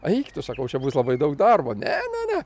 aik tu sakau čia bus labai daug darbo ne ne ne